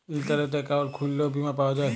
ইলটারলেট account খুইললেও বীমা পাউয়া যায়